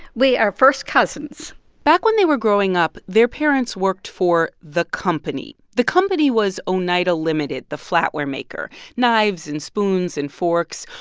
we are first cousins back when they were growing up, their parents worked for the company. the company was oneida limited, the flatware maker knives and spoons and forks.